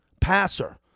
passer